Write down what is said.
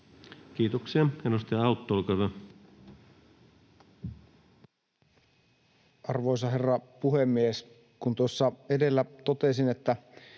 Kiitoksia. — Edustaja Autto, olkaa hyvä. Arvoisa herra puhemies! Kun tuossa edellä totesin, että